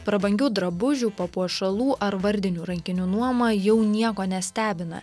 prabangių drabužių papuošalų ar vardinių rankinių nuoma jau nieko nestebina